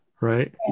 Right